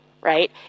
right